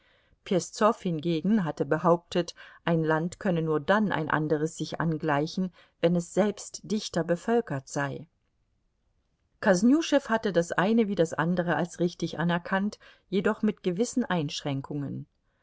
peszow hingegen hatte behauptet ein land könne nur dann ein anderes sich angleichen wenn es selbst dichter bevölkert sei kosnüschew hatte das eine wie das andere als richtig anerkannt jedoch mit gewissen einschränkungen